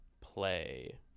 play